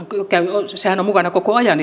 on mukana itse asiassa koko ajan